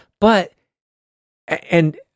but—and